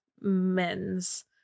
men's